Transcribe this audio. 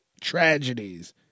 tragedies